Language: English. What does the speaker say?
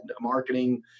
marketing